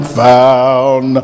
found